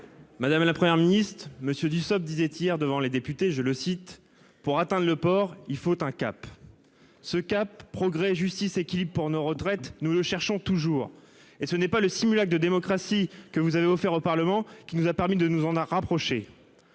Madame, la Première ministre d'monsieur Dussopt disait hier devant les députés, je le cite, pour atteindre le port, il faut un cap. Ce cap, progrès, justice équilibre pour nos retraites, nous ne cherchons toujours et ce n'est pas le simulacre de démocratie que vous avez offert au Parlement qui nous a permis de nous en a rapproché.